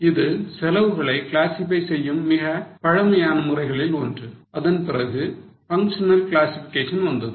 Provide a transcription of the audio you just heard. இது செலவுகளை கிளாசிஃபை செய்யும் மிகவும் பழமையான முறைகளில் ஒன்று அதன்பிறகு functional classification வந்தது